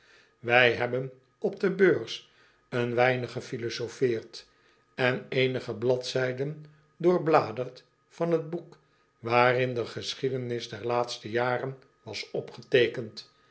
ij hebben op de beurs een weinig gefilosofeerd en eenige bladzijden doorbladerd van het boek waarin de geschiedenis der laatste jaren was opgeteekend